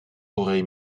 auraient